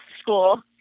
school